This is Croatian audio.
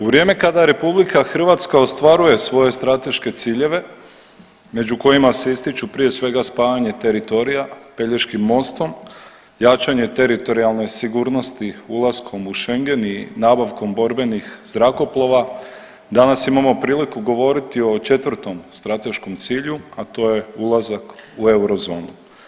U vrijeme kada Republika Hrvatska ostvaruje svoje strateške ciljeve među kojima se ističu prije svega spajanje teritorija Pelješkim mostom, jačanje teritorijalne sigurnosti ulaskom u Schengen i nabavkom borbenih zrakoplova danas imamo priliku govoriti o četvrtom strateškom cilju, a to je ulazak u eurozonu.